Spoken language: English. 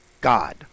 God